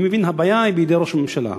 אני מבין, הבעיה בידי ראש הממשלה.